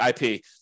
IP